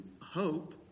hope